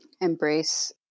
embrace